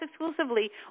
exclusively